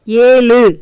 ஏழு